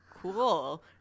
cool